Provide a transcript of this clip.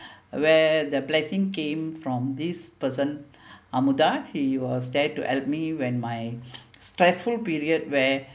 where the blessing came from this person amuda he was there to help me when my stressful period where